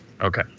Okay